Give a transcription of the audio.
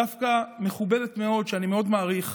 דווקא מכובדת מאוד, שאני מאוד מעריך,